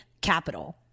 capital